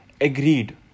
agreed